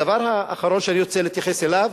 הדבר האחרון שאני רוצה להתייחס אליו,